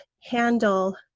handle